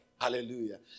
Hallelujah